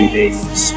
days